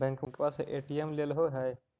बैंकवा से ए.टी.एम लेलहो है?